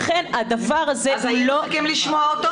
לכן הדבר הזה לא --- אז לא --- לשמוע אותו?